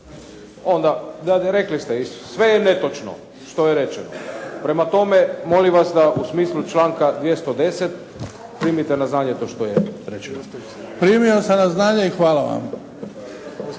Onda rekli ste i sve je netočno što je rečeno. Prema tome, molim vas da u smislu članka 210. primite na znanje to što je rečeno. **Bebić, Luka (HDZ)** Primio sam na znanje i hvala vam.